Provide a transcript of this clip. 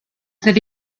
that